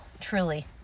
truly